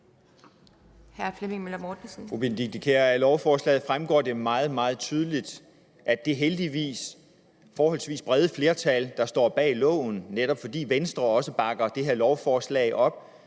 Hr. Flemming Møller Mortensen.